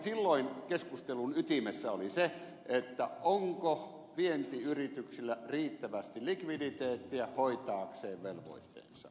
silloin keskustelun ytimessä oli se onko vientiyrityksillä riittävästi likviditeettiä velvoitteidensa hoitamiseen